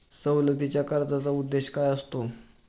सवलतीच्या कर्जाचा उद्देश काय असतो?